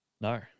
No